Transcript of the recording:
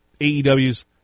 AEW's